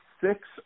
six